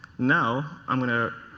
now, i'm going to